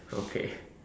okay